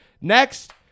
Next